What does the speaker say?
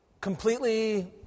completely